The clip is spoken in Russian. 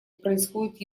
происходят